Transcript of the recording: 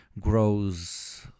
grows